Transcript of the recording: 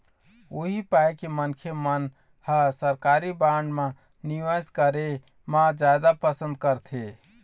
उही पाय के मनखे मन ह सरकारी बांड म निवेस करे म जादा पंसद करथे